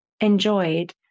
enjoyed